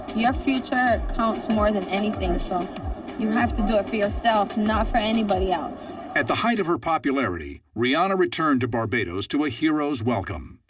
your future counts more than anything. so you have to do it for yourself, not for anybody else. narrator at the height of her popularity, rihanna returned to barbados to a hero's welcome.